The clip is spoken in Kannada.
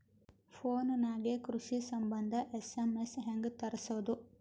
ಫೊನ್ ನಾಗೆ ಕೃಷಿ ಸಂಬಂಧ ಎಸ್.ಎಮ್.ಎಸ್ ಹೆಂಗ ತರಸೊದ?